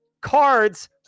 cards